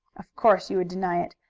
of course you would deny it.